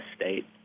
state